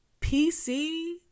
PC